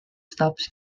stops